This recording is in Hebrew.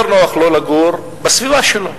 יותר נוח לו לגור בסביבה הזאת,